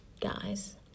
Guys